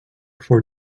for